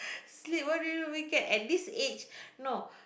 sleep what do you do during weekend at this age no